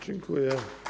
Dziękuję.